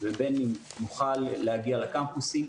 ובין אם נוכל להגיע לקמפוסים,